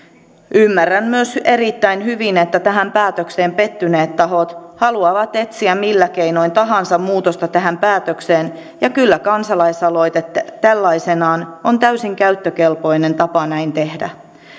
ymmärrän myös erittäin hyvin että tähän päätökseen pettyneet tahot haluavat etsiä millä keinoin tahansa muutosta tähän päätökseen ja kyllä kansalaisaloite tällaisenaan on täysin käyttökelpoinen tapa näin tehdä